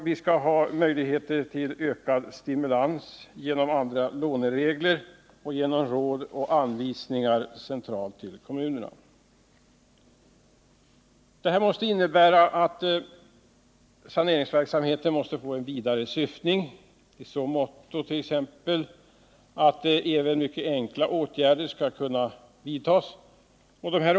Vi vill ha möjligheter till ökad stimulans genom nya låneregler och genom råd och anvisningar från centralt håll till kommunerna. Det här måste innebära att saneringsverksamheten får en vidare syftning, t.ex. i så måtto att även mycket enkla åtgärder skall kunna vidtas inom ramen för sanering.